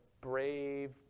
brave